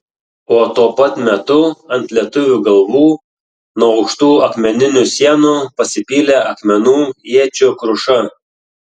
o tuo pat metu ant lietuvių galvų nuo aukštų akmeninių sienų pasipylė akmenų iečių kruša